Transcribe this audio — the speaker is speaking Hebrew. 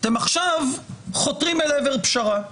אתם עכשיו חותרים לעבר פשרה.